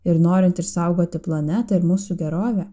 ir norint išsaugoti planetą ir mūsų gerovę